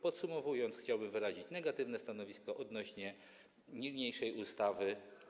Podsumowując, chciałbym wyrazić negatywne stanowisko wobec niniejszej ustawy.